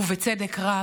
ובצדק רב.